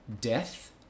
Death